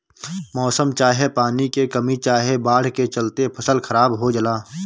मौसम चाहे पानी के कमी चाहे बाढ़ के चलते फसल खराब हो जला